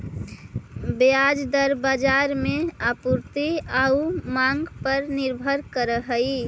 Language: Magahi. ब्याज दर बाजार में आपूर्ति आउ मांग पर निर्भर करऽ हइ